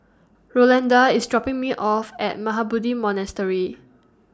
Rolanda IS dropping Me off At Mahabodhi Monastery